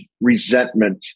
resentment